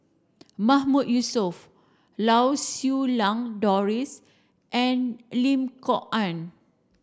Mahmood Yusof Lau Siew Lang Doris and Lim Kok Ann